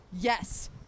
yes